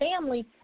family